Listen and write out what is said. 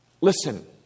Listen